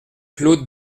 claude